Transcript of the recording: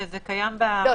שזה קיים --- לא,